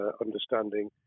understanding